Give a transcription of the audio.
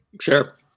Sure